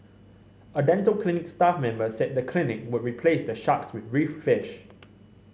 a dental clinic staff member said the clinic would replace the sharks with reef fish